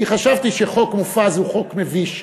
כי חשבתי שחוק מופז הוא חוק מביש,